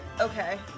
Okay